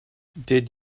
did